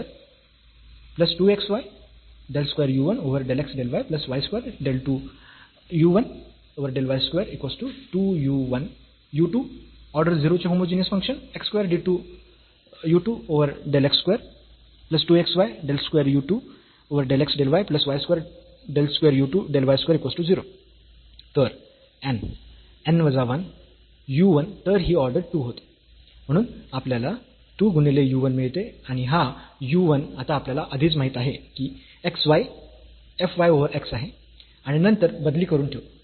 u1 order 2 चे homogeneous function u2 order 0 चे homogeneous function तर n n वजा 1 u 1 तर ही ऑर्डर 2 होती म्हणून आपल्याला 2 गुणिले 1 गुणिले u 1 मिळते आणि हा u 1 आता आपल्याला आधीच माहीत आहे की x y f y over x आहे आपण नंतर बदली करून ठेवू